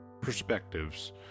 perspectives